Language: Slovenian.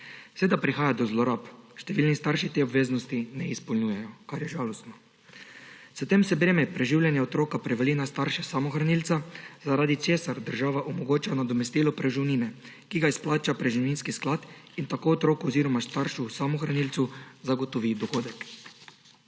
Seveda prihaja do zlorab, številni starši teh obveznosti ne izpolnjujejo, kar je žalostno. S tem se breme preživljanja otroka prevali na starša samohranilca, zaradi česar država omogoča nadomestilo preživnine, ki ga izplača preživninski sklad in tako otroku oziroma staršu samohranilcu zagotovi dohodek.